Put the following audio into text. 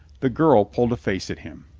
the girl pulled a face at him.